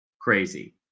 crazy